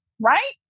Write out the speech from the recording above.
right